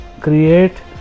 create